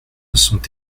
sont